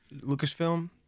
Lucasfilm